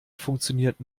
funktioniert